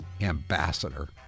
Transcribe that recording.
Ambassador